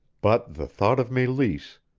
but the thought of meleese,